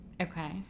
Okay